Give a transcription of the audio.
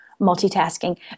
multitasking